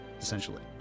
essentially